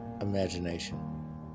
imagination